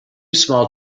small